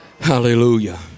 Hallelujah